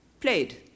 played